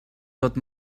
tot